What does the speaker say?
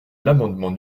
l’amendement